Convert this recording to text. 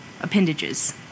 appendages